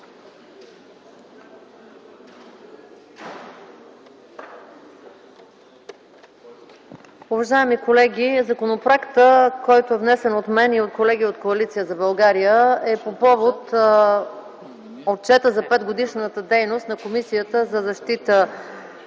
Уважаеми колеги, законопроектът, който е внесен от мен и от колеги от Коалиция за България, е по повод отчета за 5-годишната дейност на Комисията за защита